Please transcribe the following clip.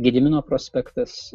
gedimino prospektas